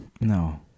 No